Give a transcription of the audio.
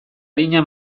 arina